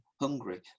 hungry